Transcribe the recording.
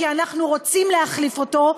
כי אנחנו רוצים להחליף אותו,